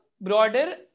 broader